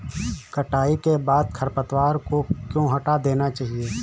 कटाई के बाद खरपतवार को क्यो हटा देना चाहिए?